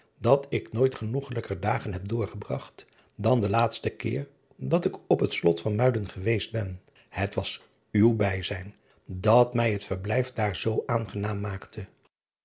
dat ik nooit genoegelijker dagen heb doorgebragt dan den laatsten keer dat ik op het lot van uiden geweest ben et was uw bijzijn dat mij het verblijf daar zoo a ngenaam maakte